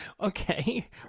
Okay